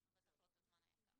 בטח לא את הזמן היקר.